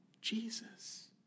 Jesus